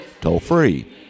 toll-free